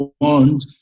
want